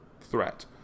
threat